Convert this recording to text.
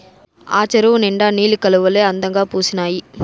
ఆ చెరువు నిండా నీలి కలవులే అందంగా పూసీనాయి